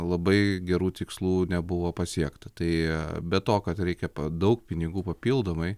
labai gerų tikslų nebuvo pasiekta tai be to kad reikia daug pinigų papildomai